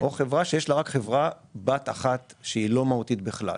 חברה שיש לה חברה בת אחת שהיא לא מהותית בכלל.